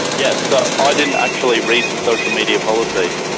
yes. so i didn't actually read the social media policy.